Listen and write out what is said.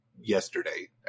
yesterday